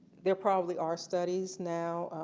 there probably are studies now,